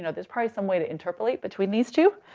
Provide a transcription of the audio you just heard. know, there's probably some way to interpolate between these two.